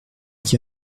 qui